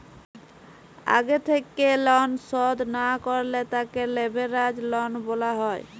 আগে থেক্যে লন শধ না করলে তাকে লেভেরাজ লন বলা হ্যয়